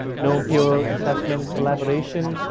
no peer assessment collaboration.